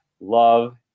love